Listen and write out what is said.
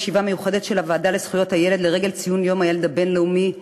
בישיבה מיוחדת של הוועדה לזכויות הילד לרגל ציון יום הילד הבין-לאומי,